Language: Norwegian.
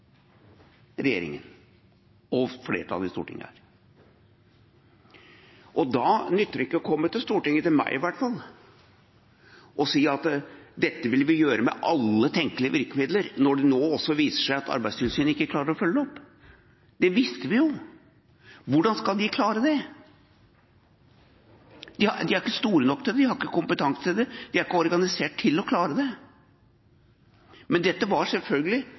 regjeringen, og flertallet i Stortinget. Da nytter det ikke å komme til Stortinget – i hvert fall ikke til meg – og si at dette vil vi gjøre med alle tenkelige virkemidler, når det nå også viser seg at Arbeidstilsynet ikke klarer å følge det opp. Det visste vi jo. Hvordan skal de klare det? De er ikke store nok til det, de har ikke kompetanse til det, de er ikke organisert til å klare det. Men dette var selvfølgelig